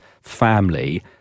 family